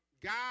God